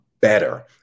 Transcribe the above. better